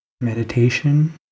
meditation